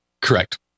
Correct